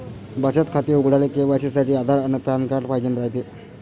बचत खातं उघडाले के.वाय.सी साठी आधार अन पॅन कार्ड पाइजेन रायते